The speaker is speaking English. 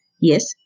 yes